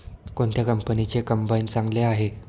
कोणत्या कंपनीचे कंबाईन चांगले आहे?